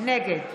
נגד